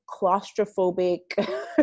claustrophobic